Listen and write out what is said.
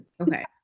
Okay